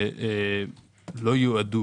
שלא יועדו